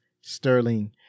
Sterling